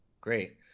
Great